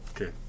Okay